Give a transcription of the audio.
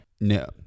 No